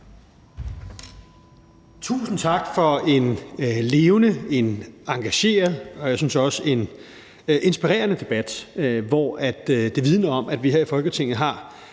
Tusind tak for en levende og engageret og også en, synes jeg, inspirerende debat, som vidner om, at vi her i Folketinget har